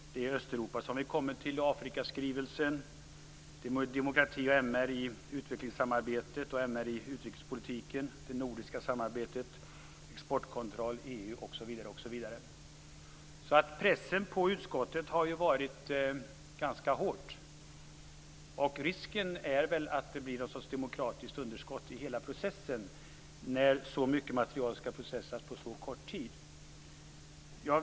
Det är vidare Östeuropa, som vi kommer till, Afrikaskrivelsen, demokrati och MR i utvecklingssamarbetet, MR i utrikespolitiken, det nordiska samarbetet, exportkontroll, EU osv. Pressen på utskottet har varit ganska hård. Risken är att det blir någon sorts demokratiskt underskott i hela processen när så mycket material skall processas på så kort tid.